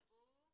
ממסגר את השר.